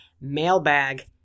Mailbag